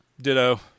Ditto